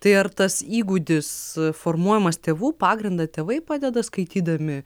tai ar tas įgūdis formuojamas tėvų pagrindą tėvai padeda skaitydami